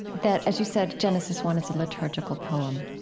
that, as you said, genesis one is a liturgical poem.